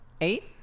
Eight